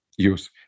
use